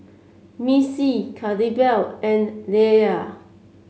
Missy Claribel and Leila